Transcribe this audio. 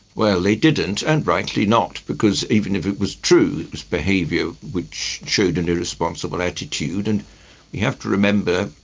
well it didn't, and rightly not, because even if it was true, it was behaviour which showed an irresponsible attitude, and we have to remember,